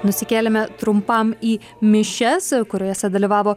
nusikėlėme trumpam į mišias kuriose dalyvavo